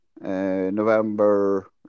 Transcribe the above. November